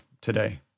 today